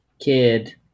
kid